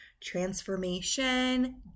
transformation